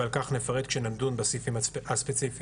ועל כך נפרט כשנדון בסעיפים הספציפיים.